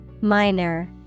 Minor